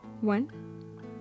One